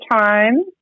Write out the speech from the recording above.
time